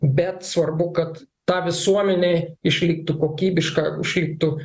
bet svarbu kad ta visuomenė išliktų kokybiška išliktų